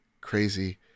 crazy